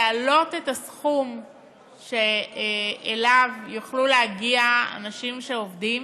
להעלות את הסכום שאליו יוכלו להגיע אנשים שעובדים,